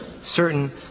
certain